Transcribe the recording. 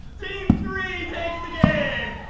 team three takes the game!